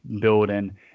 building